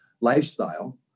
lifestyle